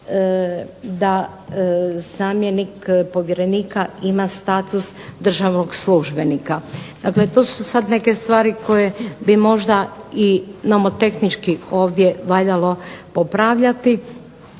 da zamjenik povjerenika ima status državnog službenika. Dakle, to su sad neke stvari koje bi možda i nomotehnički ovdje valjalo popravljati.